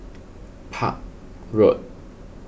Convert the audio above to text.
Park Road